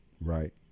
Right